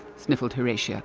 sniffled horatia